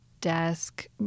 desk